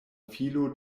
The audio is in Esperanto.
filo